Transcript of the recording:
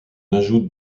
ajoute